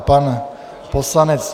Pan poslanec